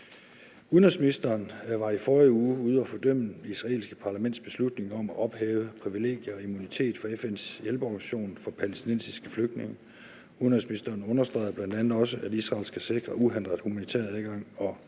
Udenrigsministeren var i forrige uge ude at fordømme det israelske parlaments beslutning om at ophæve privilegier og immunitet for FN's hjælpeorganisation for palæstinensiske flygtninge. Udenrigsministeren understregede bl.a. også, at Israel skal sikre en uhindret humanitær adgang og